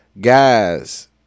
guys